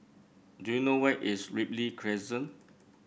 do you know where is Ripley Crescent